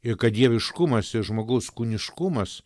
ir kad dieviškumas ir žmogaus kūniškumas